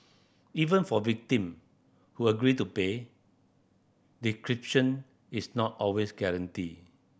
even for victim who agree to pay decryption is not always guaranteed